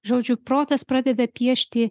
žodžiu protas pradeda piešti